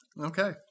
Okay